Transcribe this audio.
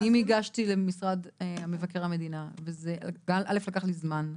אם הגשתי למשרד מבקר המדינה, ו-א', זה לקח לי זמן,